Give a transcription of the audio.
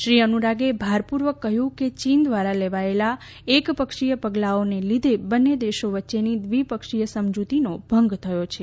શ્રી અનુરાગે ભારપૂર્વક કહ્યું કે ચીન દ્રારા લેવાયેલા એકપક્ષીય પગલાઓનાં લીધે બંન્ને દેશો વચ્ચેની દ્રિપક્ષીય સમજૂતીનો ભંગ થયો છે